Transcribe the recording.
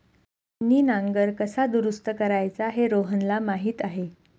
छिन्नी नांगर कसा दुरुस्त करायचा हे रोहनला माहीत आहे